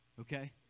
okay